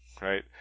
right